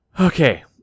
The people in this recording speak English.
okay